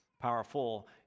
powerful